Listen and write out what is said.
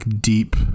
deep